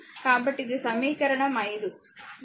కాబట్టి ఇది సమీకరణం 5